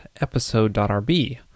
episode.rb